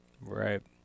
Right